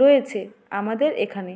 রয়েছে আমাদের এখানে